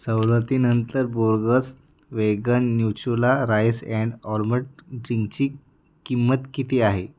सवलतीनंतर बोगस व्हेगन न्युचुला राईस अँड ऑल्मंड ड्रिंकची किंमत किती आहे